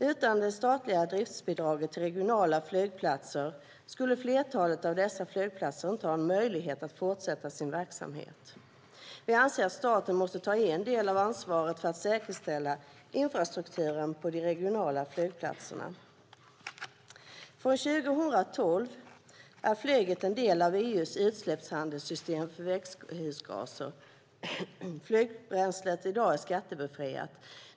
Utan det statliga driftsbidraget till regionala flygplatser skulle flertalet av dessa flygplatser inte ha möjlighet att fortsätta sin verksamhet. Vi anser att staten måste ta en del av ansvaret för att säkerställa infrastrukturen på de regionala flygplatserna. Från 2012 är flyget en del av EU:s utsläppshandelssystem för växthusgaser. Flygbränslet är i dag skattebefriat.